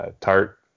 tart